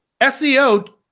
SEO